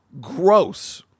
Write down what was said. gross